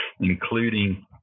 including